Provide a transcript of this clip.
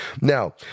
Now